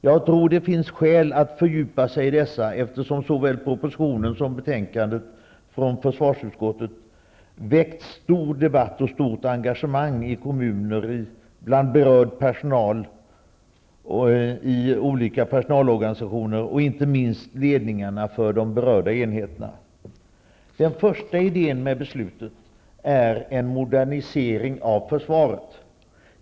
Jag tror att det finns skäl att fördjupa sig i dessa, eftersom såväl propositionen som betänkandet från försvarsutskottet väckt stor debatt och stort engagemang i kommuner, bland berörd personal och i olika personalorganisationer och inte minst i ledningarna för de berörda enheterna. Den första idén med beslutet är att modernisera försvaret.